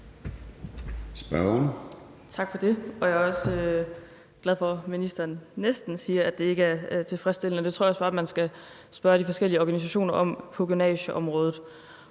Tak for det. Jeg er glad for, at ministeren næsten siger, at det ikke er tilfredsstillende; det tror jeg også bare man kan spørge de forskellige organisationer på gymnasieområdet